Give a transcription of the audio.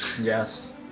Yes